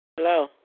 Hello